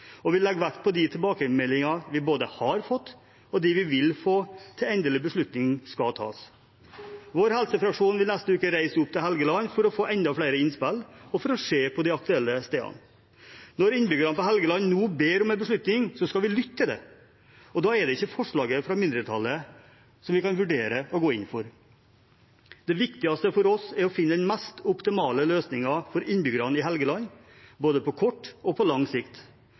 og vi vil legge vekt på de tilbakemeldinger vi både har fått og vil få før endelig beslutning skal tas. Vår helsefraksjon vil neste uke reise opp til Helgeland for å få enda flere innspill og for å se på de aktuelle stedene. Når innbyggerne på Helgeland nå ber om en beslutning, skal vi lytte til det, og da er ikke forslaget fra mindretallet noe vi kan vurdere å gå inn for. Det viktigste for oss er å finne den mest optimale løsningen for innbyggerne i Helgeland både på kort og på lang sikt.